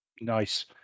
Nice